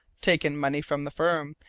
taking money from the firm,